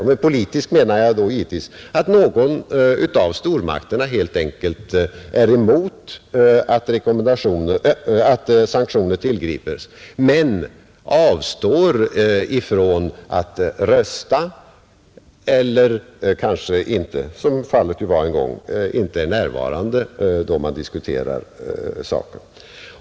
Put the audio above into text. Med politisk menar jag då givetvis att någon av stormakterna helt enkelt är emot att sanktioner tillgrips men avstår från att rösta eller kanske inte — som fallet var en gång — är närvarande då man diskuterar saken.